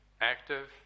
active